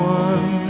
one